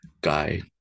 guy